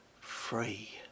free